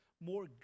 More